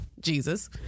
Jesus